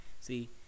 See